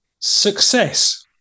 Success